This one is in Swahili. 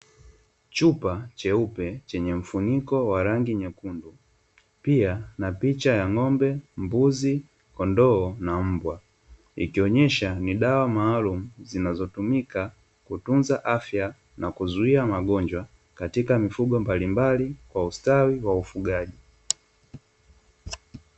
Chupa cheupe chenye mfuniko wa rangi nyekundu. Pia, na picha ya ng'ombe, mbuzi, kondoo, na mbwa ikionyesha ni dawa maalum zinazotumika kutunza afya na kuzuia magonjwa katika mifugo mbalimbali kwa ustawi wa ufugaji.